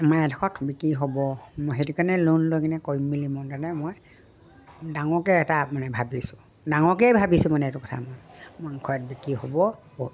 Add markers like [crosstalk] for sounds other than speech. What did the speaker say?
আমাৰ এইডখৰত বিক্ৰী হ'ব মই সেইটো কাৰণে লোন লৈ কিনে কৰিম মেলি মই [unintelligible] মই ডাঙৰকে এটা মানে ভাবিছোঁ ডাঙৰকেই ভাবিছোঁ মানে এইটো কথা মই [unintelligible] বিক্ৰী হ'ব বহুত